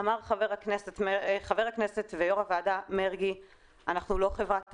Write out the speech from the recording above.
אמר יושב-ראש הוועדה, אנחנו לא חברת אשראי.